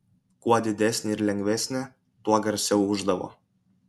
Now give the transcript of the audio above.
kuo didesnė ir lengvesnė tuo garsiau ūždavo